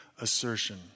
assertion